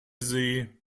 seh